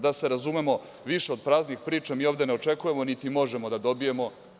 Da se razumemo, više od praznih priča mi ovde ne očekujemo niti možemo da dobijemo.